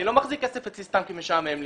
אני לא מחזיק כסף אצלי סתם כי משעמם לי.